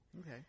Okay